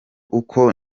uko